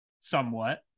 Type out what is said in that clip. somewhat